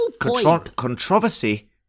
controversy